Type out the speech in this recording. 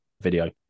video